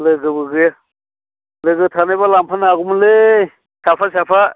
लोगोबो गैया लोगो थानायब्ला लांफानो हागौमोनलै साफा साफा